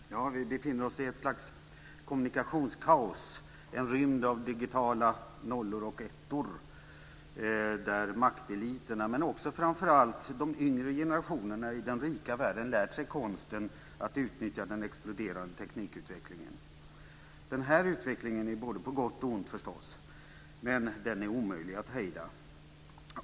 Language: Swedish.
Fru talman! Vi befinner oss i ett slags kommunikationskaos, en rymd av digitala nollor och ettor, där makteliterna men framför allt de yngre generationerna i den rika världen lärt sig konsten att utnyttja den exploderande teknikutvecklingen. Den här utvecklingen är på både gott och ont, förstås, men den är omöjlig att hejda.